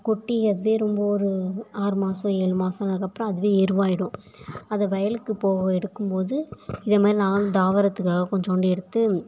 கொட்டி அப்படியே ரொம்ப ஒரு ஆறு மாதம் ஏழு மாதம் ஆனதுக்கு அப்புறம் அதுவே எருவாகிடும் அதை வயலுக்கு போக எடுக்கும்போது இதுமாரி நான் தாவரத்துக்காக கொஞ்சூண்டு எடுத்து